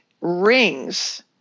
rings